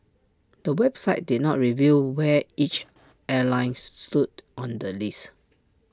the website did not reveal where each airline stood on the list